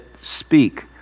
speak